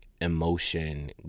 emotion